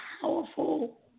powerful